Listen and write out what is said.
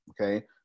okay